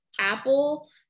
apple